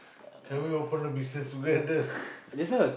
can we open a business together